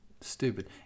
Stupid